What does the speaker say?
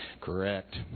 Correct